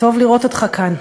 טוב לראות אותך כאן.